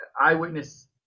eyewitness